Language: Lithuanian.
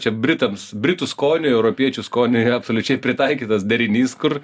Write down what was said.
čia britams britų skoniui europiečių skoniui absoliučiai pritaikytas derinys kur